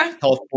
health